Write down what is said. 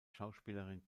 schauspielerin